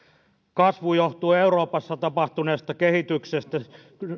kasvu johtuu euroopassa tapahtuneesta kehityksestä